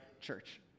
church